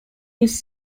his